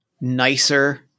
nicer